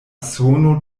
suno